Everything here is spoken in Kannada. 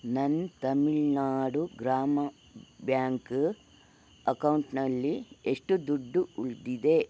ನನ್ನ ತಮಿಳ್ ನಾಡು ಗ್ರಾಮ ಬ್ಯಾಂಕು ಅಕೌಂಟ್ನಲ್ಲಿ ಎಷ್ಟು ದುಡ್ಡು ಉಳಿದಿದೆ